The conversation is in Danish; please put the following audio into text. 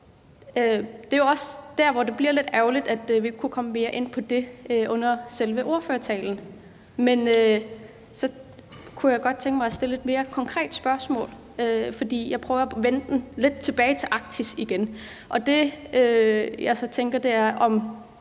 Det er jo også der, det bliver lidt ærgerligt, at vi ikke kunne komme mere ind på det under selve ordførertalen. Men så kunne jeg godt tænke mig at stille et mere konkret spørgsmål, og jeg prøver at vende lidt tilbage til Arktis, og det, jeg så tænker, er, om